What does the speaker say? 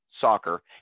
soccer